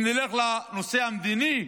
אם נלך לנושא המדיני,